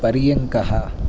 पर्यङ्कः